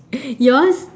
yours